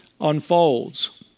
unfolds